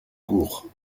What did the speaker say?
cours